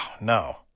no